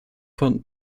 von